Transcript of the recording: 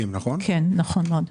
כן, נכון מאוד.